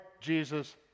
Jesus